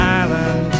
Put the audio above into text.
island